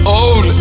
own